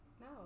No